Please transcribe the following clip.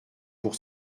pour